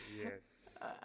Yes